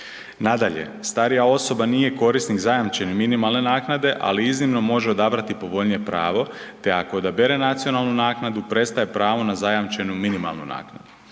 Nadalje, starija osoba nije korisnik zajamčene minimalne naknade, ali iznimno može odabrati povoljnije pravo te ako odabere nacionalnu naknadu prestaje pravo na zajamčenu minimalnu naknadu.